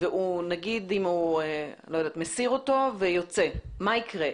אם הוא מסיר אותו ויוצא, מה יקרה?